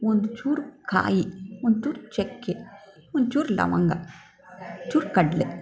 ಒಂದು ಚೂರು ಕಾಯಿ ಒಂಚೂರು ಚಕ್ಕೆ ಒಂಚೂರು ಲವಂಗ ಚೂರು ಕಡಲೆ